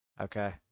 Okay